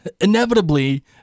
Inevitably